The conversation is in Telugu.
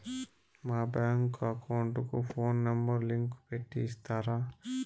మా బ్యాంకు అకౌంట్ కు ఫోను నెంబర్ లింకు పెట్టి ఇస్తారా?